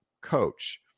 coach